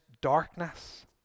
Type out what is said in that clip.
darkness